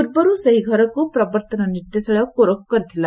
ପୂର୍ବରୁ ସେହି ଘରକୁ ପ୍ରବର୍ତ୍ତନ ନିର୍ଦ୍ଦେଶାଳୟ କୋରଖ କରିଥିଲା